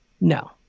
No